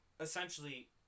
essentially